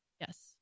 Yes